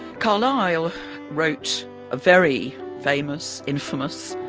carlyle wrote a very famous, infamous,